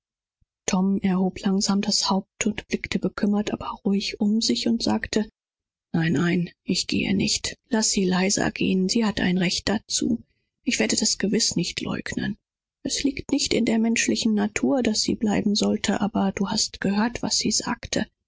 tom hob langsam seinen kopf auf und blickte kummervoll und gefaßt um sich und sagte nein nein ich will nicht gehen laß elisa gehen sie hat recht ich wollte nicht der eine sein zu sagen nein s ist nicht in natur für sie zu bleiben aber du hast gehört was sie sagte